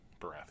Baratheon